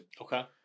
Okay